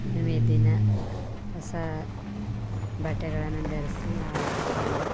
ಹುಣ್ವೆ ದಿನ ಹೊಸಾ ಬಟ್ಟೆಗಳನ್ನು ಧರ್ಸಿ ಆರತಿ ತಂದು